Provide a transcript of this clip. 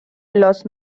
los